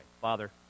Father